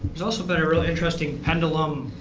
there's also been a real interesting pendulum